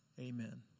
Amen